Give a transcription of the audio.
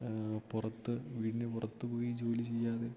പുറത്ത് വീടിനു പുറത്തുപോയി ജോലി ചെയ്യാതെ